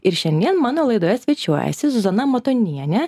ir šiandien mano laidoje svečiuojasi zuzana motonienė